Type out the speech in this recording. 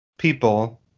people